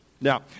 Now